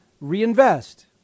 reinvest